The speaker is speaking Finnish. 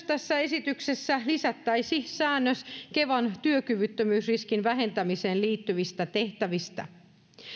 tässä esityksessä myös lisättäisiin säännös kevan työkyvyttömyysriskin vähentämiseen liittyvistä tehtävistä